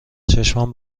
چشمام